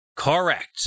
Correct